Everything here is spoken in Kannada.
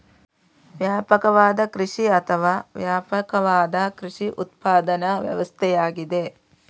ವ್ಯಾಪಕವಾದ ಕೃಷಿ ಅಥವಾ ವ್ಯಾಪಕವಾದ ಕೃಷಿ ಉತ್ಪಾದನಾ ವ್ಯವಸ್ಥೆಯಾಗಿದೆ